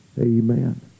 Amen